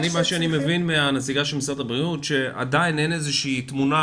מה שאני מבין מנציגת משרד הבריאות שעדיין אין איזו שהיא תמונה